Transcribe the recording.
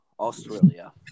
Australia